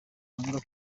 banga